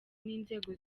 n’inzego